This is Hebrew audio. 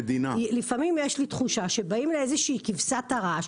לפעמים יש לי תחושה שבאים לאיזה שהיא כבשת הרש,